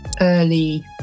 early